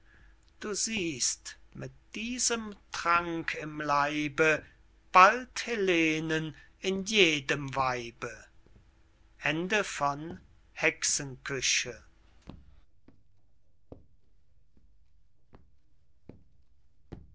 du siehst mit diesem trank im leibe bald helenen in jedem weibe